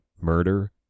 murder